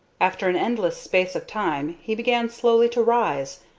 after an endless space of time he began slowly to rise,